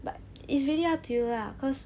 but it's really up to you lah cause